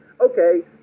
okay